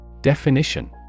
Definition